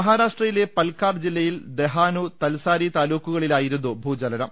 മഹാരാഷ്ട്രയിലെ പൽഘാർ ജില്ലയിൽ ദഹാനു തൽസാരി താലൂ ക്കുകളിലായിരുന്നു ഭൂചലനം